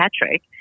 Patrick